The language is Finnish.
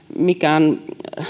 mikään